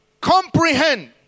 comprehend